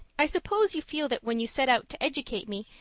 i suppose you feel that when you set out to educate me,